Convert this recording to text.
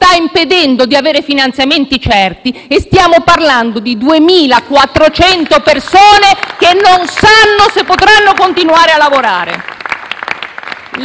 impedendo di avere finanziamenti certi e stiamo parlando di 2.400 persone che non sanno se potranno continuare a lavorare.